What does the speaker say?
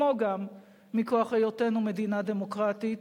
כמו גם מכוח היותנו מדינה דמוקרטית,